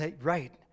right